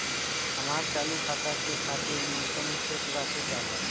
हमार चालू खाता के खातिर न्यूनतम शेष राशि का बा?